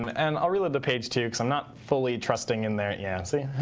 and and i'll reload the page too because i'm not fully trusting in there. yeah, see.